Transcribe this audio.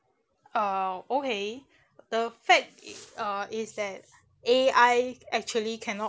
uh okay the fact uh is that A_I actually cannot